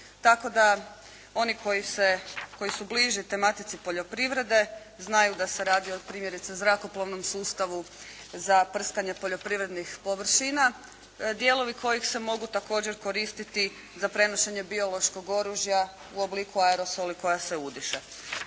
tako da oni koji su bliže tematici poljoprivrede znaju da se radi o primjerice zrakoplovnom sustavu za prskanje poljoprivrednih površina, dijelovi koji se također mogu koristiti za prenošenje biološkog oružja u obliku aerosoli koja se udiše.